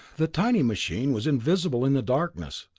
the tiny machine was invisible in the darkness,